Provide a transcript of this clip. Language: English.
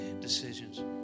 decisions